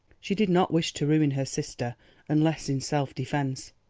she did not wish to ruin her sister unless in self-defence,